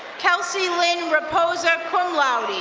kelsey lynn reposa, cum laude.